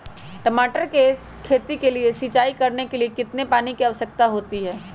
टमाटर की खेती के लिए सिंचाई करने के लिए कितने पानी की आवश्यकता होती है?